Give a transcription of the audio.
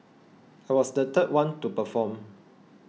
I was the third one to perform